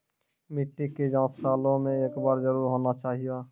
मिट्टी के जाँच सालों मे एक बार जरूर होना चाहियो?